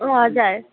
हजुर